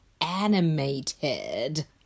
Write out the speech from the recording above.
animated